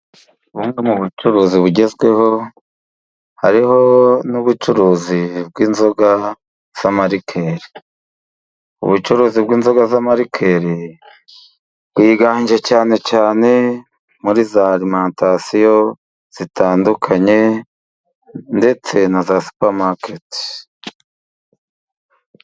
Bumwe mu bucuruzi bugezweho, hari n'ubucuruzi bw'inzoga z'amarikeli ,ubucuruzi bw'inzoga z'amarikeli bwiganje cyane cyane muri za alimentasiyo zitandukanye ,ndetse na za supamaketi.